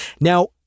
Now